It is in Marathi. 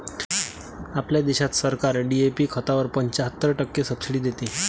आपल्या देशात सरकार डी.ए.पी खतावर पंच्याहत्तर टक्के सब्सिडी देते